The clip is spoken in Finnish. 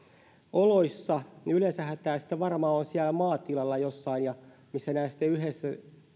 oloissa niin yleensähän tämä sitten varmaan on siellä maatilalla jossain missä nämä sitten yhdessä